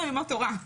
ללמוד תורה.